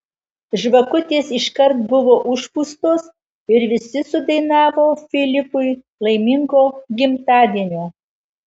žvakutės iškart buvo užpūstos ir visi sudainavo filipui laimingo gimtadienio